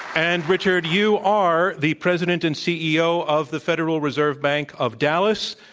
and, richard, you are the president and ceo of the federal reserve bank of dallas,